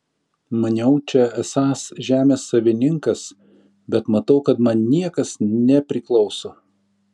maniau čia esąs žemės savininkas bet matau kad man niekas nepriklauso